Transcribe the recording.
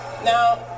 Now